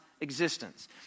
existence